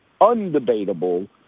undebatable